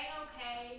okay